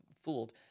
fooled